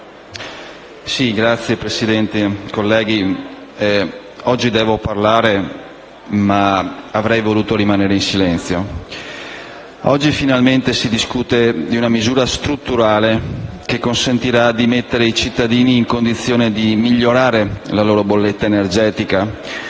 Signora Presidente, colleghi, oggi devo parlare, ma avrei voluto rimanere in silenzio. Oggi finalmente si discute di una misura strutturale, che consentirà di mettere i cittadini in condizione di migliorare la loro bolletta energetica.